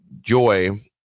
joy